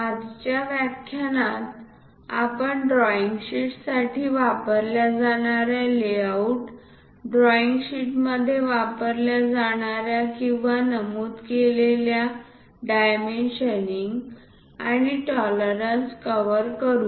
आजच्या व्याख्यानात आपण ड्रॉईंग शीटसाठी वापरल्या जाणार्या लेआउट ड्रॉईंग शीटमध्ये वापरल्या जाणार्या किंवा नमूद केलेल्या डायमेंशनिंग आणि टॉलरन्स कव्हर करू